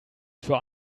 für